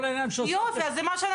(היו"ר משה טור פז) זה בערך 20%. וקחו בחשבון שכשאני